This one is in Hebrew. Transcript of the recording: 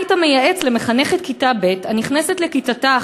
מה היית מייעץ למחנכת כיתה ב' הנכנסת לכיתתה